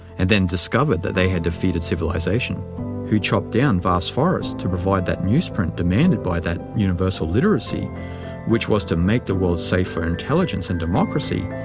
and then discovered that they had defeated civilization who chopped down vast forests to provide the newsprint demanded by that universal literacy which was to make the world safe for intelligence and democracy,